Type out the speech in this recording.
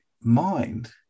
mind